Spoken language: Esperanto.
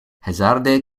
hazarde